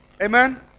Amen